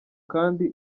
kandi